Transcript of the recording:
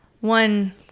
one